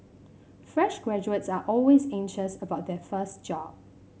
fresh graduates are always anxious about their first job